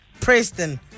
Preston